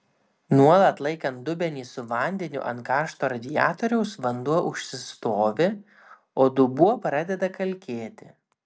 nuolat laikant dubenį su vandeniu ant karšto radiatoriaus vanduo užsistovi o dubuo pradeda kalkėti